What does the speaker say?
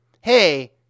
hey